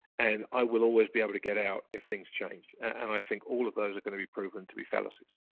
and i will always be able to get out, if things change. and i think all of those are going to be proven to be fallacies.